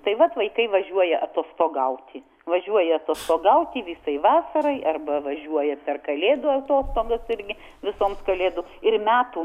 tai vat vaikai važiuoja atostogauti važiuoja atostogauti visai vasarai arba važiuoja per kalėdų atostogas irgi visoms kalėdoms ir metų